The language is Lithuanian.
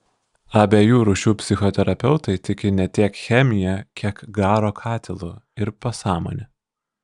abiejų rūšių psichoterapeutai tiki ne tiek chemija kiek garo katilu ir pasąmone